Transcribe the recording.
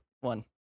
one